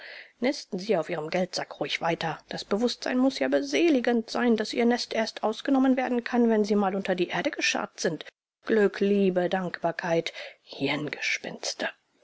nisten sie auf ihrem geldsack ruhig weiter das bewußtsein muß ja beseligend sein daß ihr nest erst ausgenommen werden kann wenn sie mal unter die erde gescharrt sind glück liebe dankbarkeit hirngespinste